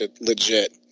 legit